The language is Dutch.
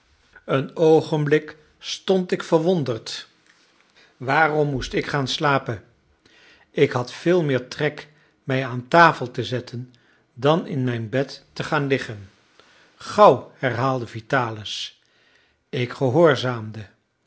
een oogenblik stond ik verwonderd waarom moest ik gaan slapen ik had veel meer trek mij aan tafel te zetten dan in mijn bed te gaan liggen gauw herhaalde vitalis ik gehoorzaamde